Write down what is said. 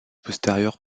postérieures